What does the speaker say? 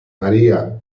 maria